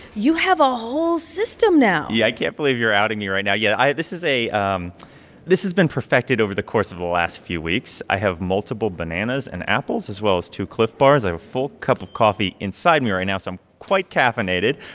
you have a whole system now yeah, i can't believe you're outing me right now. yeah, this is a um this has been perfected over the course of the last few weeks. i have multiple bananas and apples, as well as two clif bars. i have a full cup of coffee inside me right now so i'm quite caffeinated.